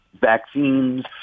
vaccines